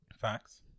facts